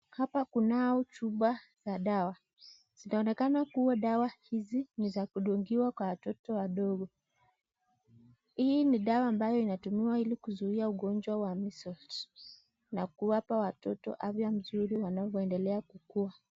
Hapa kunao chupa za dawa. Zinaonekana kuwa dawa hizi ni za kudungiwa kwa watoto wadogo. Hii ni dawa ambayo inayotumiwa ili kuzuia ugonjwa wa measles na kuwapa watoto afya mzuri wanavyoendelea kukua.